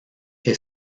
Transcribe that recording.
que